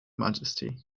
majesty